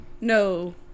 No